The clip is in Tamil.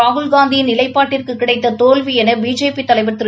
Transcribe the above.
ராகுல் காந்தியின் நிலைப்பாட்டிற்கு கிடைத்த தோல்வி என பிஜேபி தலைவர் திரு